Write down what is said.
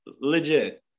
legit